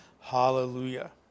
Hallelujah